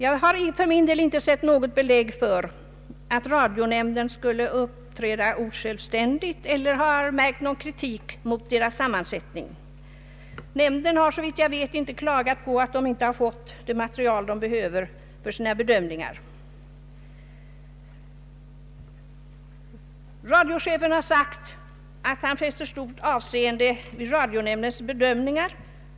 Jag har för min del inte funnit några belägg för att radionämnden skulle uppträda osjälvständigt, inte heller hört någon kritik mot dess sammansättning. Nämnden har såvitt jag vet inte klagat på att den inte fått det material den behöver för sina bedömningar. Radiochefen har sagt att han fäster stort avseende vid radionämndens bedömningar.